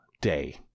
day